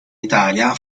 italia